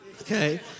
okay